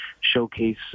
showcase